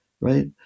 right